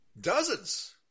dozens